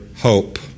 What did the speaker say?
hope